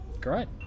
great